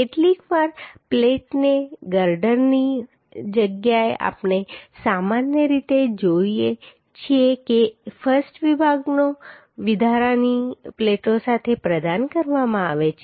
કેટલીકવાર પ્લેટ ગર્ડરની જગ્યાએ આપણે સામાન્ય રીતે જોઈએ છીએ કે I વિભાગો વધારાની પ્લેટો સાથે પ્રદાન કરવામાં આવે છે